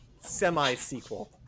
semi-sequel